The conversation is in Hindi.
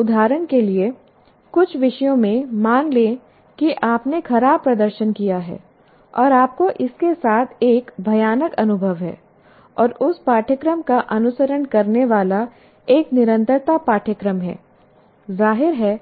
उदाहरण के लिए कुछ विषयों में मान लें कि आपने खराब प्रदर्शन किया है और आपको इसके साथ एक भयानक अनुभव है और उस पाठ्यक्रम का अनुसरण करने वाला एक निरंतरता पाठ्यक्रम है जाहिर है